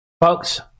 folks